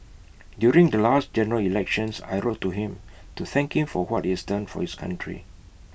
during the last general elections I wrote to him to thank him for what he has done for this country